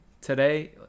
today